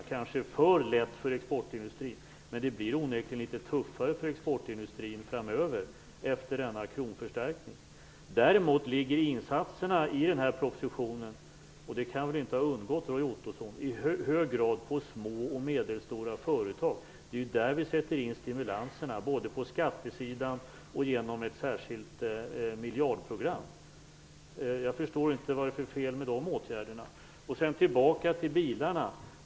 Det kanske är för lätt för exportindustrin, men det blir onekligen litet tuffare framöver, efter denna kronförstärkning. Däremot ligger insatserna i den här propositionen, och det kan väl inte ha undgått Roy Ottosson, i hög grad på små och medelstora företag. Det är där vi sätter in stimulanserna, både på skattesidan och genom ett särskilt miljardprogram. Jag förstår inte vad det är för fel med de åtgärderna. Tillbaka till bilarna.